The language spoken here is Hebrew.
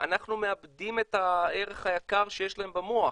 אנחנו מאבדים את הערך היקר שיש להם במוח.